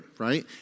right